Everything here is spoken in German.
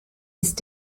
ist